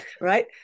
right